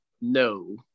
No